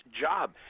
job